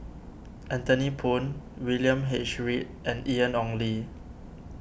Anthony Poon William H Read and Ian Ong Li